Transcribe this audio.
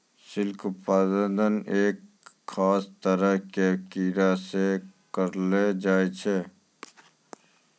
silk उत्पादन एक खास तरह के कीड़ा सॅ करलो जाय छै